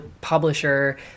publisher